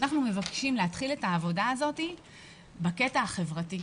אנחנו מבקשים להתחיל את העבודה הזאת בקטע החברתי,